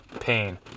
pain